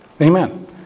Amen